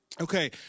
Okay